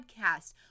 podcast